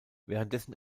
währenddessen